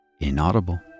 inaudible